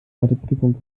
matheprüfung